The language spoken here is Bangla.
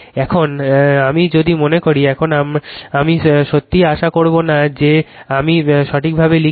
এখন আমি যদি মনে করি এখন আমি সত্যিই আশা করব না যে আমি সঠিকভাবে লিখি